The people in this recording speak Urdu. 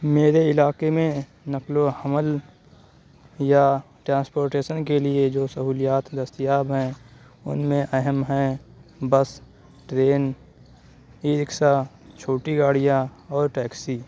میرے علاقے میں نقل و حمل یا ٹرانسپورٹیشن کے لیے جو سہولیات دستیاب ہیں ان میں اہم ہیں بس ٹرین ای رکشا چھوٹی گاڑیاں اور ٹیکسی